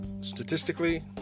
statistically